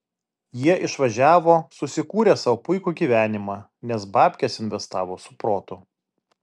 jie išvažiavo susikūrė sau puikų gyvenimą nes babkes investavo su protu